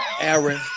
Aaron